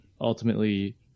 ultimately